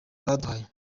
baduhaye